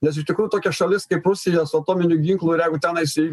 nes iš tikrųjų tokia šalis kaip rusija su atominiu ginklu ir jeigu tenais